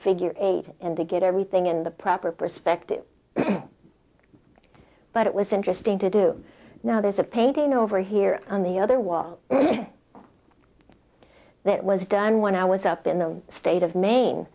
figure eight and to get everything in the proper perspective but it was interesting to do now there's a painting over here on the other wall that was done when i was up in the state of maine